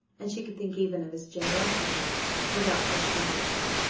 and she could think even of his generosity without partiality,